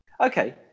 Okay